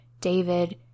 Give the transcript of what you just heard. david